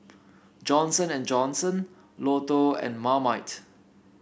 Johnson And Johnson Lotto and Marmite